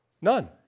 None